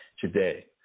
today